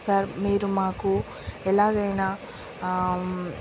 sir మీరు మాకు ఎలాగైనా ఆ